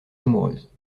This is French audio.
amoureuse